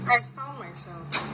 I have some myself